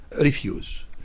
refuse